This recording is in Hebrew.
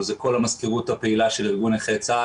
אבל כל המזכירות הפעילה של ארגון נכי צה"ל,